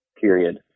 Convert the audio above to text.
period